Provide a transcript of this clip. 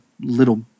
little